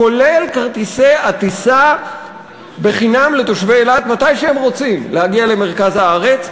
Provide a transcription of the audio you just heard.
כולל כרטיסי הטיסה בחינם לתושב אילת מתי שהם רוצים להגיע למרכז הארץ.